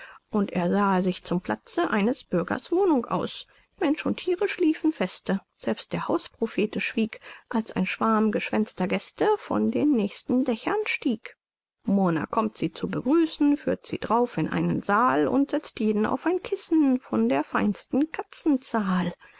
und ersahe sich zum platze eines bürgers wohnung aus mensch und thiere schliefen feste selbst der hausprophete schwieg als ein schwarm geschwänzter gäste von den nächsten dächern stieg murner kommt sie zu begrüßen führt sie d'rauf in einen saal und setzt jeden auf ein kissen von der feinsten